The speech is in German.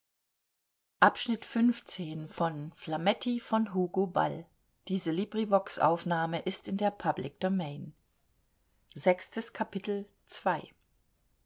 sich in der